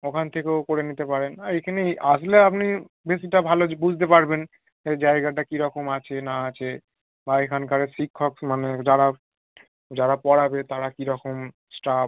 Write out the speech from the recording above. ওখান থেকেও করে নিতে পারেন আর এখানে আসলে আপনি বেশিটা ভালো বুঝতে পারবেন এ জায়গাটা কীরকম আছে না আছে বা এখানকার শিক্ষক মানে যারা যারা পড়াবে তারা কীরকম স্টাফ